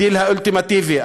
הדיל האולטימטיבי.